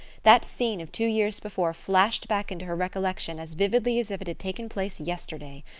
that scene of two years before flashed back into her recollection as vividly as if it had taken place yesterday.